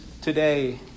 today